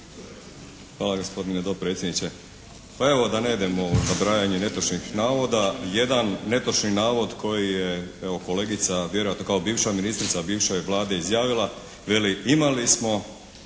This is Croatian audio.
Hvala gospodine dopredsjedniče. Pa evo da ne idemo u nabrajanje netočnih navoda, jedan netočni navod koji je evo kolegica vjerojatno kao bivša ministrica bivše Vlade izjavila. Veli: "Imali smo